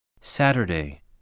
Saturday